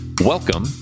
Welcome